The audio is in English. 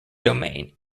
domain